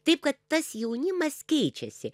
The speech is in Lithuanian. taip kad tas jaunimas keičiasi